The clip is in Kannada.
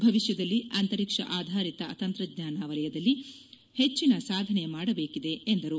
ಭವಿಷ್ಕದಲ್ಲಿ ಅಂತರಿಕ್ಷ ಆಧಾರಿತ ತಂತ್ರಜ್ಞಾನ ವಲಯದಲ್ಲಿ ಹೆಚ್ಚಿನ ಸಾಧನೆ ಮಾಡಬೇಕಿದೆ ಎಂದರು